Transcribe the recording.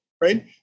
right